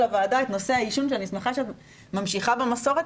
הוועדה את נושא העישון ואני שמחה שאת ממשיכה במסורת